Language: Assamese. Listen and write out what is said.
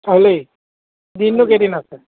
হ'লেই দিননো কেইদিন আছে